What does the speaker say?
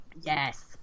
Yes